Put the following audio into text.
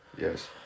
Yes